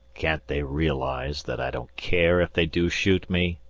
can't they realize that i don't care if they do shoot me?